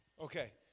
Okay